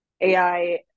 AI